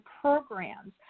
programs